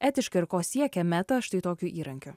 etiška ir ko siekia meta štai tokiu įrankiu